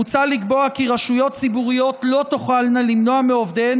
מוצע לקבוע כי רשויות ציבוריות לא תוכלנה למנוע מעובדיהן